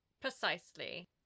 Precisely